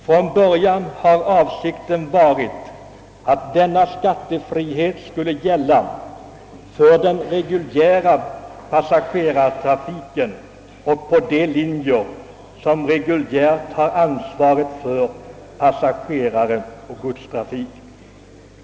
Från början har avsikten varit att denna skattefrihet skulle gälla för den reguljära passagerartrafiken och på de linjer som reguljärt har ansvaret för passageraroch godstrafik.